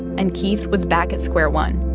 and keith was back at square one.